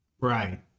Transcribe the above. right